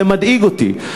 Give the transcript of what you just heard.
זה מדאיג אותי,